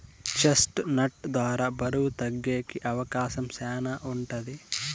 chest నట్ ద్వారా బరువు తగ్గేకి అవకాశం శ్యానా ఉంటది